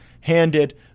handed